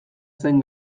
zen